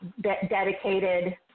dedicated